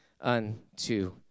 unto